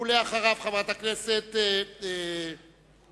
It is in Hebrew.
אחריו, חברת הכנסת זוארץ.